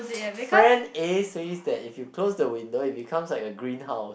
friend A says that if you close the window it becomes like a greenhouse